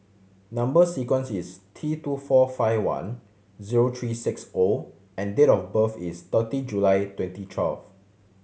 number sequence is T two four five one zero three six O and date of birth is thirty July twenty twelve